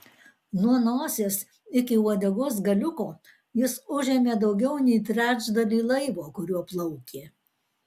nuo nosies iki uodegos galiuko jis užėmė daugiau nei trečdalį laivo kuriuo plaukė